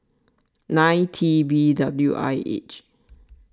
nine T B W I H